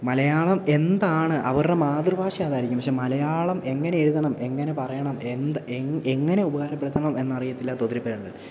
മലയാളം എന്താണ് അവരുടെ മാതൃഭാഷ അതായിരിക്കും പക്ഷേ മലയാളം എങ്ങനെ എഴുതണം എങ്ങനെ പറയണം എന്ത് എങ്ങനെ ഉപകാരപ്പെടുത്തണം എന്നറിയത്തില്ലാത്ത ഒത്തിരി പേരുണ്ട്